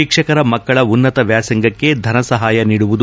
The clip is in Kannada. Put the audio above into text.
ಶಿಕ್ಷಕರ ಮಕ್ಕಳ ಉನ್ನತ ವ್ಯಾಸಂಗಕ್ಷೆ ಧನಸಹಾಯ ನೀಡುವುದು